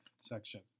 section